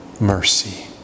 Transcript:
mercy